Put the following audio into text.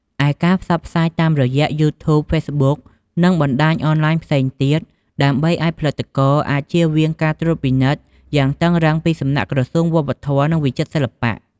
ឯការផ្សព្វផ្សាយតាមរយៈ យូធូប ហ្វេសប៊ុក និងបណ្ដាញអនឡាញផ្សេងទៀត ដើម្បីឲ្យផលិតករអាចជៀសវាងការត្រួតពិនិត្យយ៉ាងតឹងរឹងពីសំណាក់ក្រសួងវប្បធម៌ និងវិចិត្រសិល្បៈ។